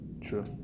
True